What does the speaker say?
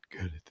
good